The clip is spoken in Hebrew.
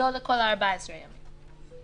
לא לכל ה-14 יום?